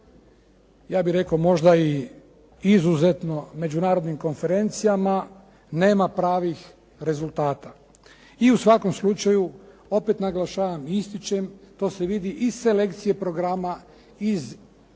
ja bih rekao možda i izuzetno međunarodnim konferencijama, nema pravih rezultata. I u svakom slučaju, opet naglašavam i ističem, to se vidi iz selekcije programa, iz